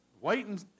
waiting